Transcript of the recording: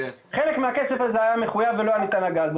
חלק מהכסף הזה היה מחויב ולא היה ניתן לגעת בו